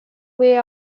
way